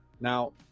Now